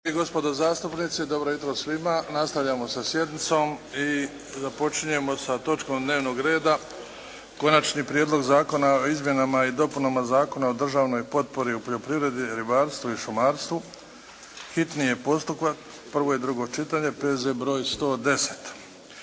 gospodo zastupnici, dobro jutro svima! Nastavljamo sa sjednicom i započinjemo sa točkom dnevnog reda - Konačni prijedlog zakona o izmjenama i dopunama Zakona o državnoj potpori u poljoprivredi, ribarstvu i šumarstvu, hitni postupak, prvo i drugo čitanje, P.Z. br. 110